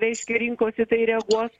reiškia rinkos į tai reaguos